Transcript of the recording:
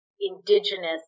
Indigenous